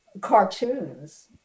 cartoons